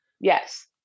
Yes